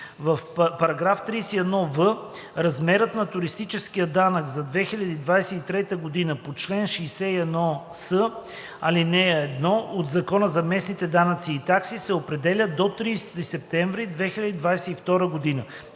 година“. § 31в. Размерът на туристическия данък за 2023 г. по чл. 61с, ал. 1 от Закона за местните данъци и такси се определя до 30 септември 2022 г.“